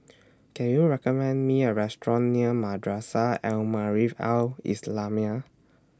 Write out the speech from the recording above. Can YOU recommend Me A Restaurant near Madrasah Al Maarif Al Islamiah